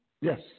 Yes